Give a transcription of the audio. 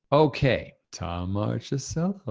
okay. tom marchesello. ah